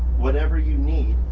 whatever you need.